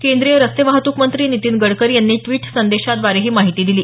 केंद्रीय रस्ते वाहतूक मंत्री नितीन गडकरी यांनी ट्विट संदेशाद्वारे ही माहिती दिली